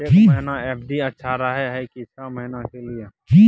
एक महीना एफ.डी अच्छा रहय हय की छः महीना के लिए?